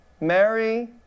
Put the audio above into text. Mary